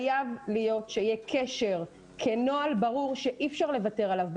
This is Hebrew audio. חייב שיהיה קשר כנוהל ברור שאי אפשר לוותר עליו,